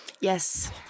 yes